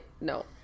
No